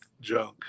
junk